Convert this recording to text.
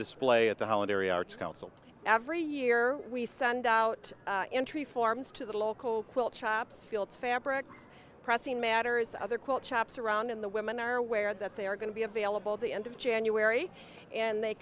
council every year we send out entry forms to the local quilt shops fields fabric pressing matters other quilt shops around in the women are aware that they are going to be available at the end of january and they